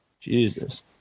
Jesus